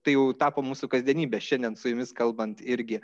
tai jau tapo mūsų kasdienybe šiandien su jumis kalbant irgi